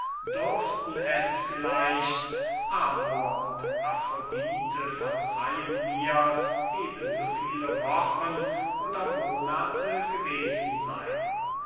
dürften es vielleicht amor und afrodite verzeihen mirs eben so viele wochen oder monate gewesen seyn